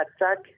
attack